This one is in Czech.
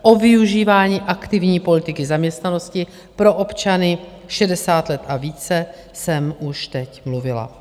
O využívání aktivní politiky zaměstnanosti pro občany 60 let a více jsem už teď mluvila.